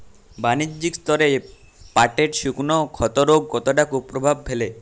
বাণিজ্যিক স্তরে পাটের শুকনো ক্ষতরোগ কতটা কুপ্রভাব ফেলে?